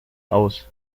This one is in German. aus